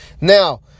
Now